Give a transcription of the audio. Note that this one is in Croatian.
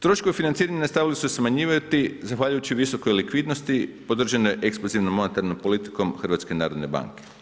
Troškovi financiranja nastavili su se smanjivati zahvaljujući visokoj likvidnosti, podržane eksplicitno monetarne politikom HNB.